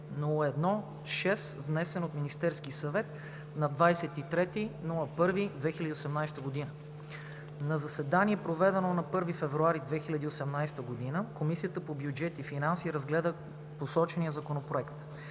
внесен от Министерския съвет на 23 януари 2018 г. На заседание, проведено на 1 февруари 2018 г., Комисията по бюджет и финанси разгледа посочения Законопроект.